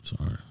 Sorry